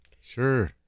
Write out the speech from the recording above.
sure